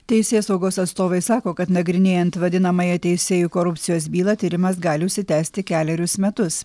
teisėsaugos atstovai sako kad nagrinėjant vadinamąją teisėjų korupcijos bylą tyrimas gali užsitęsti kelerius metus